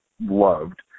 loved